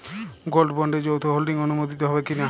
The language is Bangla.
গোল্ড বন্ডে যৌথ হোল্ডিং অনুমোদিত হবে কিনা?